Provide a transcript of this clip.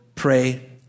pray